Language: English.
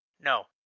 No